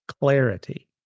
clarity